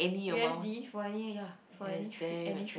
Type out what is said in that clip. U_S_D for any ya for any trip any trip